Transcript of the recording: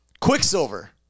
Quicksilver